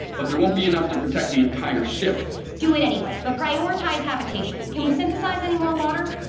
but there won't be enough to protect the entire ship do it anyway, but prioritize habitation can we synthesize any more water?